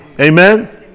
Amen